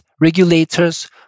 regulators